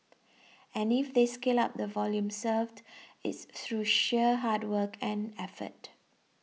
and if they scale up the volume served it's through sheer hard work and effort